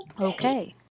Okay